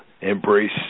embrace